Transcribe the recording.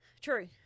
True